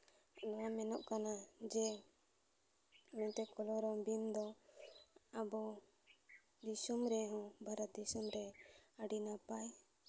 ᱱᱚᱣᱟ ᱢᱮᱱᱚᱜ ᱠᱟᱱᱟ ᱡᱮ ᱢᱮᱱᱛᱮ ᱠᱚᱞᱚᱨᱚᱢ ᱵᱤᱧ ᱫᱚ ᱟᱵᱚ ᱫᱤᱥᱚᱢ ᱨᱮᱦᱚᱸ ᱵᱷᱟᱨᱚᱛ ᱫᱤᱥᱚᱢ ᱨᱮ ᱟᱹᱰᱤ ᱱᱟᱯᱟᱭ